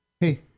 hey